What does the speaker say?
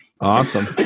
awesome